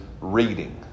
Reading